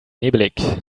nebelig